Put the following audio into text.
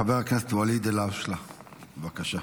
חבר הכנסת ואליד אלהאושלה, בבקשה.